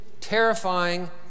terrifying